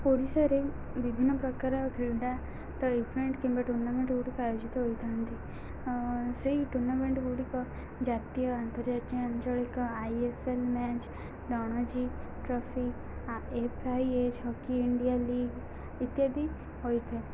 ଓଡ଼ିଶାରେ ବିଭିନ୍ନ ପ୍ରକାର କ୍ରୀଡ଼ାର ଇଭେଣ୍ଟ କିମ୍ବା ଟୁର୍ଣ୍ଣାମେଣ୍ଟଗୁଡ଼ିକ ଆୟୋଜିତ ହୋଇଥାଏ ସେଇ ଟୁର୍ଣ୍ଣାମେଣ୍ଟଗୁଡ଼ିକ ଜାତୀୟ ଆନ୍ତର୍ଜାତୀୟ ଆଞ୍ଚଳିକ I S L match Ranji trophy F I H hockey India league ଇତ୍ୟାଦି ହୋଇଥାଏ